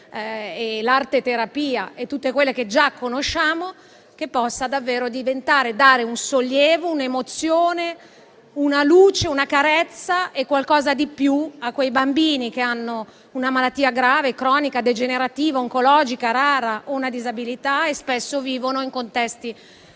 l'arteterapia e tutte quelle che già conosciamo) di dare davvero un sollievo, un'emozione, una luce, una carezza e qualcosa di più a quei bambini che hanno una malattia grave, cronica, degenerativa, oncologica, rara o una disabilità e spesso vivono in contesti